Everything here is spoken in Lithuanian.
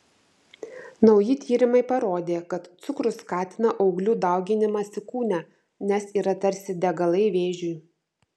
nauji tyrimai parodė kad cukrus skatina auglių dauginimąsi kūne nes yra tarsi degalai vėžiui